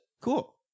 Cool